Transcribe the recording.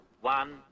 one